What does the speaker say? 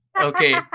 Okay